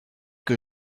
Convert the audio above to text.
que